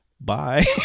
bye